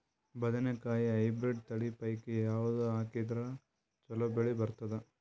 ಬದನೆಕಾಯಿ ಹೈಬ್ರಿಡ್ ತಳಿ ಪೈಕಿ ಯಾವದು ಹಾಕಿದರ ಚಲೋ ಬೆಳಿ ಬರತದ?